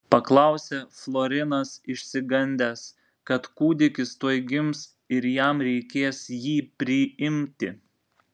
paklausė florinas išsigandęs kad kūdikis tuoj gims ir jam reikės jį priimti